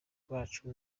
bacu